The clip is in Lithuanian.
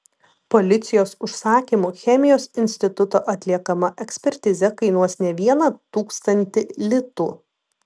policijos užsakymu chemijos instituto atliekama ekspertizė kainuos ne vieną tūkstantį litų